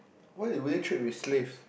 what did we trade with slaves